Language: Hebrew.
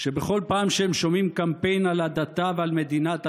שבכל פעם שהם שומעים קמפיין על הדתה ועל מדינת הלכה,